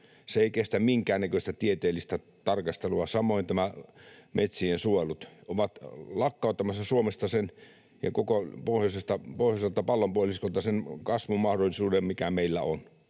Se ei kestä minkään näköistä tieteellistä tarkastelua. Samoin tämä metsien suojelu: ovat lakkauttamassa Suomesta ja koko pohjoiselta pallonpuoliskolta sen kasvumahdollisuuden, mikä meillä on.